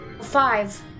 Five